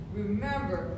remember